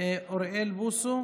אוריאל בוסו.